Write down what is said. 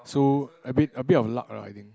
so a bit a bit of luck lah I think